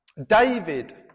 David